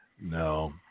no